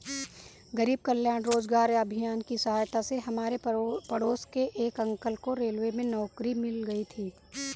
गरीब कल्याण रोजगार अभियान की सहायता से हमारे पड़ोस के एक अंकल को रेलवे में नौकरी मिल गई थी